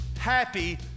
happy